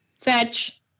fetch